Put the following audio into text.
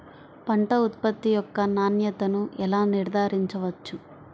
పంట ఉత్పత్తి యొక్క నాణ్యతను ఎలా నిర్ధారించవచ్చు?